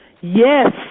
Yes